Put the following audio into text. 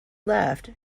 left